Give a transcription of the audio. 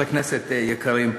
חברי כנסת יקרים,